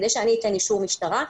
כדי שאני אתן אישור משטרה,